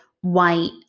white